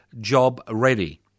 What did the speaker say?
Job-ready